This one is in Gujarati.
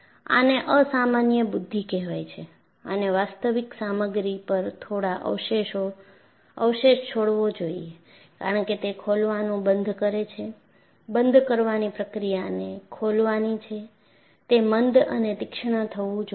આને સામાન્ય બુદ્ધિ કહેવાય છે આને વાસ્તવિક સામગ્રી પર થોડા અવશેષ છોડવો જોઈએ કારણ કે તે ખોલવાનું બંધ કરે છે બંધ કરવાની પ્રક્રિયાને ખોલવાની છે તે મંદ અને તીક્ષ્ણ થવું જોઈએ